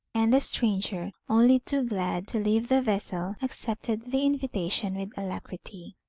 and the stranger, only too glad to leave the vessel, accepted the invitation with alacrity.